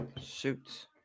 Shoot